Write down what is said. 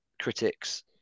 critics